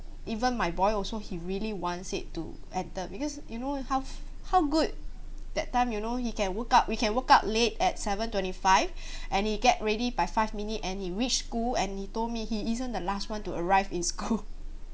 even my boy also he really wants it to enter because you know how how good that time you know he can woke up we can woke up late at seven twenty five and he get ready by five minute and he reach school and he told me he isn't the last [one] to arrive in school